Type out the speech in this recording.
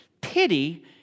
Pity